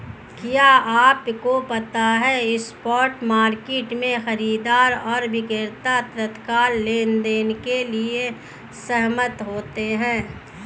क्या आपको पता है स्पॉट मार्केट में, खरीदार और विक्रेता तत्काल लेनदेन के लिए सहमत होते हैं?